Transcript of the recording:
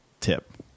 tip